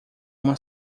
uma